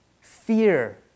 fear